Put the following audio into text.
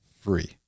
free